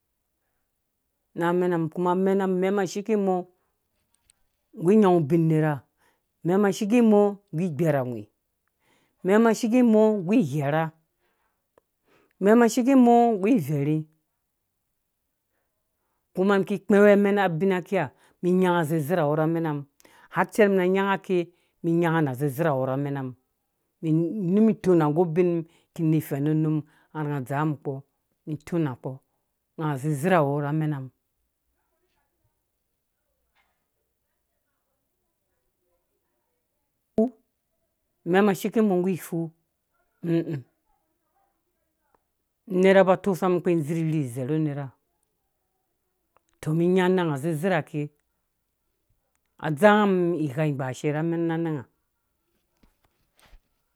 Na mɛnamum kuma amɛna mum mɛna shike mɔ nggu gbɛrawi mɛna shikɛ mɔ ighɛra mɛna shike mɔ nggu ivɛrhe kum mi ki kpɛ̃wɛ amena abina kiha mi nya nga awu zeerawɔ na amɛnamum harce mina nyanga ake mina nya awu zezerawɔ na mɛna mum mi nu tuna nggu ubin ki ni fɛmu num har nga dzaa mum kpɔ mi tuna kpɔ nga awu zezrhawɔ rha amɛ‘u’ mɛna shikemɔ nggu ifu ĩĩ unera ba tosunga mum kpii dzir ni zerhu ner.